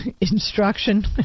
instruction